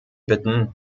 bitten